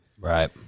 Right